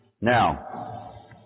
Now